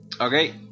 Okay